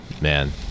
man